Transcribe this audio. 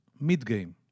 mid-game